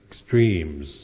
extremes